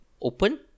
Open